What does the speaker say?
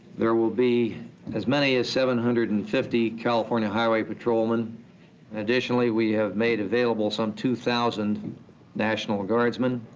there will be as many as seven hundred and fifty california highway patrolmen. additionally, we have made available some two thousand national guardsmen.